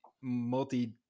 multi